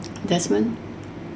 desmond